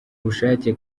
ubushake